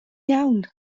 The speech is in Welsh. iawn